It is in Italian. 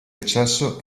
accesso